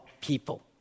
people